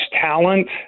talent